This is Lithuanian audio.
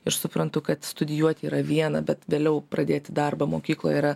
ir suprantu kad studijuoti yra viena bet vėliau pradėti darbą mokykloje yra